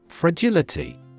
Fragility